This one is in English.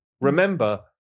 Remember